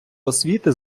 освіти